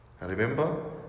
remember